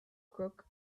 crook